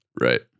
Right